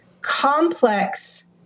complex